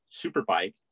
superbike